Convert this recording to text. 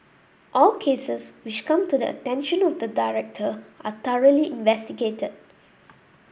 all cases which come to the attention of the director are thoroughly investigated